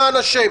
למען ה'?